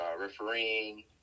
refereeing